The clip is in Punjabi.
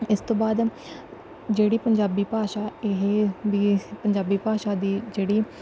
ਇਸ ਤੋਂ ਬਾਅਦ ਜਿਹੜੀ ਪੰਜਾਬੀ ਭਾਸ਼ਾ ਇਹ ਵੀ ਪੰਜਾਬੀ ਭਾਸ਼ਾ ਦੀ ਜਿਹੜੀ